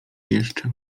jeszcze